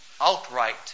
outright